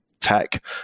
tech